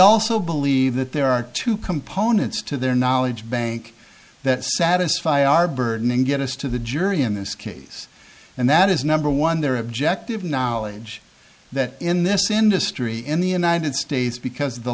also believe that there are two components to their knowledge bank that satisfy our burden and get us to the jury in this case and that is number one their objective knowledge that in this industry in the united states because